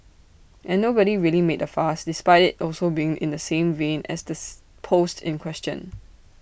and nobody really made A fuss despite IT also being in the same vein as this post in question